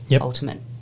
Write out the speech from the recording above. ultimate